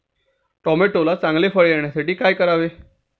टोमॅटोला चांगले फळ येण्यासाठी काय करावे?